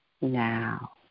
now